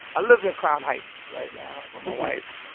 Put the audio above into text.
i live in crown heights right now with my wife.